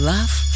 Love